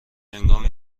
هنگام